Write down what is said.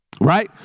right